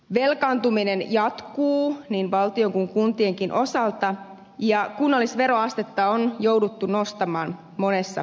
velkaantuminen jatkuu niin valtion kuin kuntienkin osalta ja kunnallisveroastetta on jouduttu nostamaan monessa kunnassa